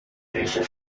welcher